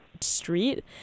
street